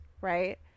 right